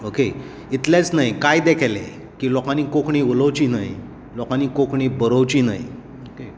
okay इतलेंच न्हय कायदें केलें लोकांनी कोंकणी उलोवची न्हय लोकांनी कोंकणी बरोवची न्हय